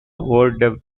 were